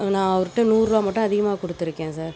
நான் அவருகிட்ட நூறுபா மட்டும் அதிகமாக கொடுத்துருக்கேன் சார்